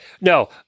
No